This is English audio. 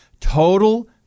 total